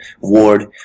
ward